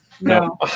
No